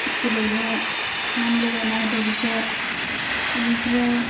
इस्कुलावनो नाम लगायना होदों बेखौ इनिफ्राय